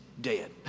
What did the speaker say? Dead